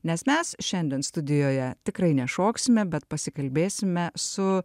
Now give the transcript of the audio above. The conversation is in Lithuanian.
nes mes šiandien studijoje tikrai nešoksime bet pasikalbėsime su